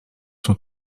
son